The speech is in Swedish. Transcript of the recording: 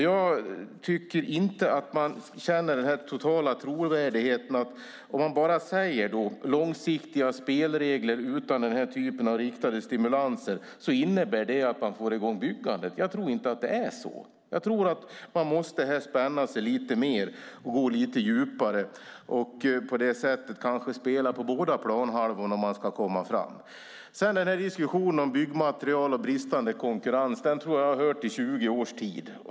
Jag tycker inte att man kan känna en total trovärdighet i att bara vi har långsiktiga spelregler, utan riktade stimulanser, får vi i gång byggandet. Jag tror inte att det är så. Jag tror att man måste spänna sig lite mer, gå lite djupare och kanske spela på båda planhalvorna om man ska komma fram. Sedan är det diskussion om byggmaterial och bristande konkurrens. Den tror jag att jag har hört i 20 års tid.